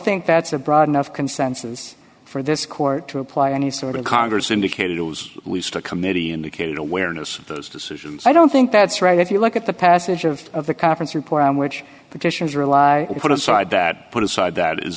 think that's a broad enough consensus for this court to apply any sort of congress indicated we struck committee indicated awareness of those decisions i don't think that's right if you look at the passage of the conference report on which petitions are a lie put aside that put aside that is